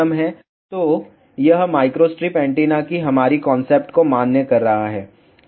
तो यह microstrip antenna की हमारी कांसेप्ट को मान्य कर रहा है